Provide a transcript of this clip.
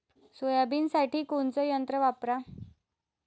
सोयाबीनसाठी कोनचं यंत्र वापरा?